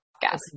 gas